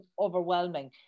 overwhelming